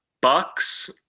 Bucks